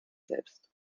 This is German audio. selbst